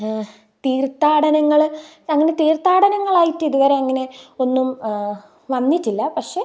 തീർത്ഥാടനങ്ങള് അങ്ങനെ തീർത്ഥാടനങ്ങളായിട്ടിതുവരെ അങ്ങനെ ഒന്നും വന്നിട്ടില്ല പക്ഷേ